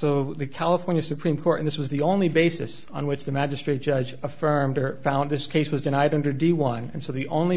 so the california supreme court this was the only basis on which the magistrate judge affirmed or found this case was denied under d one and so the only